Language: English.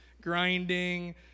grinding